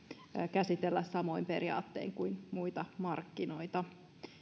käsitellä samoin periaattein kuin muita markkinoita